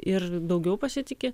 ir daugiau pasitiki